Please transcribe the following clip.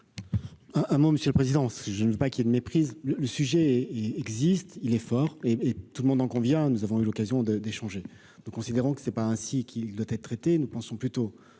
un mot monsieur le président, si je ne veux pas qu'il méprise le le sujet, il existe, il est fort et tout le monde en convient : nous avons eu l'occasion de d'échanger, nous considérons que c'est pas ainsi qu'il doit être traité nous pensons plutôt